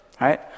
right